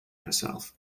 herself